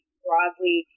broadly